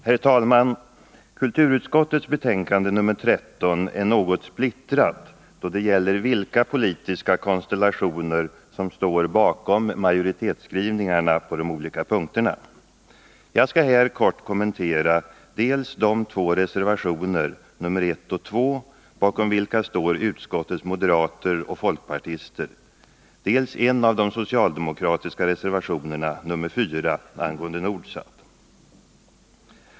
Herr talman! Kulturutskottets betänkande nr 13 är något splittrat då det gäller vilka politiska konstellationer som står bakom majoritetsskrivningarna på de olika punkterna. Jag skall här kort kommentera dels de två reservationer, nr 1 och nr 2, bakom vilka står utskottets moderater och folkpartister, dels en av de socialdemokratiska reservationerna, nr 4, angående Nordsat.